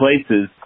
places